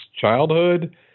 childhood